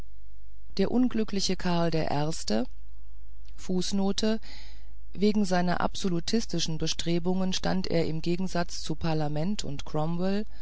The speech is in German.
der unglückliche karl der erste fußnote wegen seiner absolutistischen bestrebungen stand er im gegensatz zu parlament und